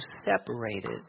separated